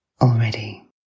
already